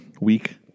week